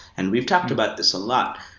and we've talked about this a lot.